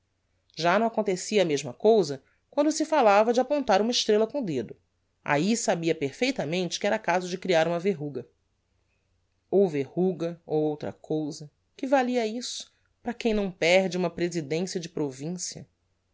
já não acontecia a mesma cousa quando se falava de apontar uma estrella com o dedo ahi sabia perfeitamente que era caso de crear uma verruga ou verruga ou outra cousa que valia isso para quem não perde uma presidencia de provincia